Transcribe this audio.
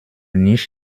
nicht